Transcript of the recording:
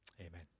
Amen